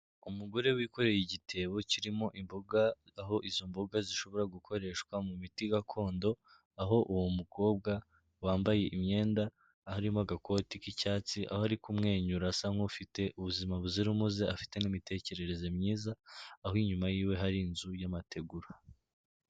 Umugore wikoreye igitebo kirimo imboga, aho izo mboga zishobora gukoreshwa mu miti gakondo, aho uwo mukobwa wambaye imyenda, harimo agakoti k'icyatsi, aho ari kumwenyura asa nk'ufite ubuzima buzira umuze, afite n'imitekerereze myiza, aho inyuma yiwe hari inzu y'amategura.